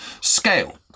scale